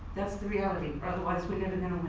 that's the reality or otherwise we're never